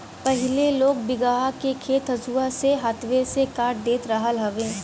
पहिले लोग बीघहा के खेत हंसुआ से हाथवे से काट देत रहल हवे